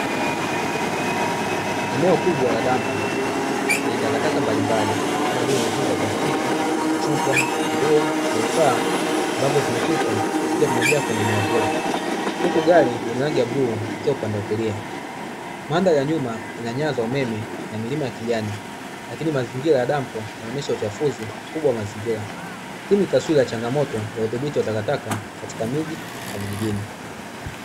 Eneo kubwa la dampo lenye takataka mbalimbali kama vile mifuko ya plastiki, chupa, nguo na vifaa ambavyo vimetupwa vikiwa vimejaa kwenye eneo hilo, huku gari lenye rangi ya bluu likiwa upande wa kulia. Mandhari ya nyuma ina nyaya za umeme na milima ya kijani lakini mazingira ya dampo yanaonyesha uchafunzi mkubwa wa mazingira, hii ni taswira ya changamoto ya udhibiti wa takataka katika miji na vijijini.